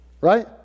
right